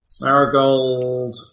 Marigold